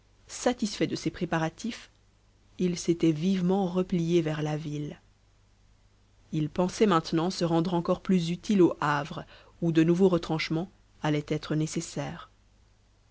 satisfait de ses préparatifs il s'était vivement replié vers la ville il pensait maintenant se rendre encore plus utile au havre où de nouveaux retranchements allaient être nécessaires